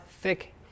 thick